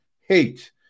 hate